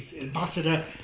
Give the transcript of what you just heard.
ambassador